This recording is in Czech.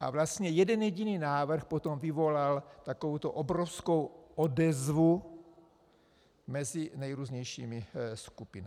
a vlastně jeden jediný návrh potom vyvolal takovouto obrovskou odezvu mezi nejrůznějšími skupinami.